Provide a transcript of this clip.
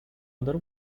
other